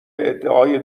ادعای